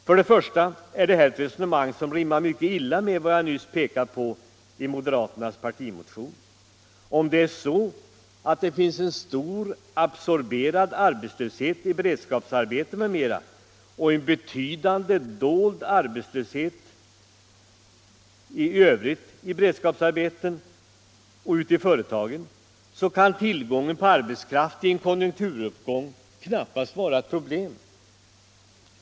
För det första är detta ett resonemang som rimmar mycket illa med vad jag nyss pekat på i moderaternas partimotion. Om det är så att det finns en stor ”absorberad” arbetslöshet i beredskapsarbeten m.m. och en betydande ”dold” arbetslöshet ute i företagen så kan tillgången på arbetskraft i en konjunkturuppgång knappast vara ett problem.